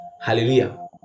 hallelujah